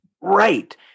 Right